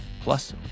plus